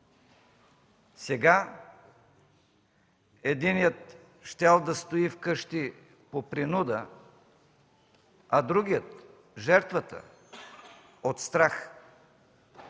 сега единият щял да стои вкъщи по принуда, а другият, жертвата – от страх.